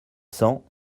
cent